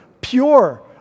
pure